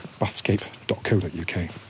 bathscape.co.uk